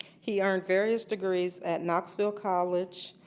he earned various degrees at knoxville college,